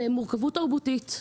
וזאת מורכבות תרבותית.